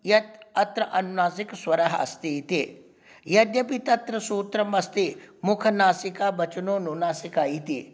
यत् अत्र अनुनासिकस्वरः अस्ति इति यद्यपि तत्र सूत्रमस्ति मुखनासिकावचनोनुनासिकः इति